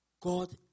God